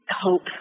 Hope